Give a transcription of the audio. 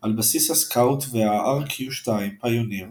על בסיס הסקאוט והRQ-2 פיוניר